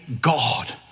God